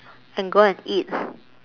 and go and eat